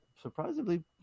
surprisingly